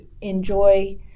enjoy